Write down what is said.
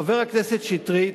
חבר הכנסת שטרית,